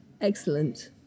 Excellent